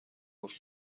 گفت